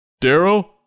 Daryl